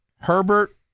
Herbert